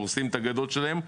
והורסים את הגדות שלהם.